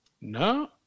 No